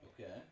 Okay